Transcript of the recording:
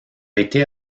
été